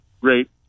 great –